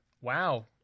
Wow